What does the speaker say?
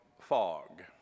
fog